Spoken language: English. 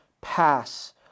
pass